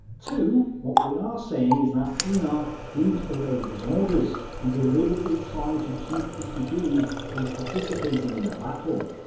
two. what we're saying is that pienaar didn't obey his orders, and deliberately tried to keep his brigade from participating in the battle.